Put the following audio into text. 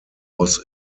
was